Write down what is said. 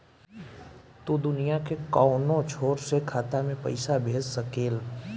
तू दुनिया के कौनो छोर से खाता में पईसा भेज सकेल